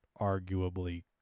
arguably